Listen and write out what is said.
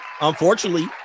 Unfortunately